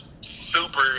super